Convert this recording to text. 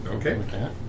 Okay